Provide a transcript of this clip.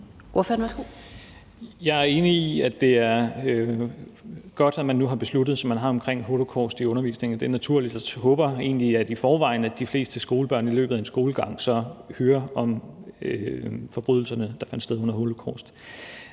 Jeg er enig i, at det er godt, at man nu har besluttet det, som man har, omkring holocaust i undervisningen. Det er naturligt, og jeg håber egentlig, at de fleste skolebørn i forvejen i løbet af deres skolegang hører om forbrydelserne, der fandt sted under holocaust.